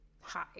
hi